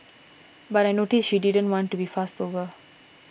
but I noticed she didn't want to be fussed over